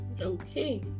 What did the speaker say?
Okay